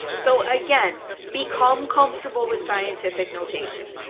so again, become comfortable with scientific notation.